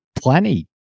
plenty